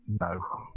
no